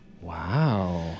Wow